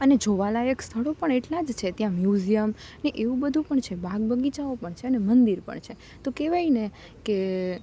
અને જોવાલાયક સ્થળો પણ એટલા જ છે ત્યાં મ્યુઝિયમ ને એવું બધું પણ છે બાગ બગીચાઓ પણ છે અને મંદિર પણ છે તો કહેવાય ને કે